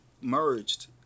merged –